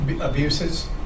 abuses